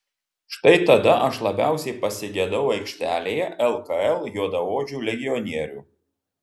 štai tada aš labiausiai pasigedau aikštelėje lkl juodaodžių legionierių